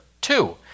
two